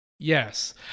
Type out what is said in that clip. Yes